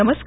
नमस्कार